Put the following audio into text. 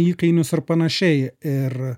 įkainius ir panašiai ir